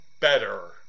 better